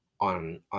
on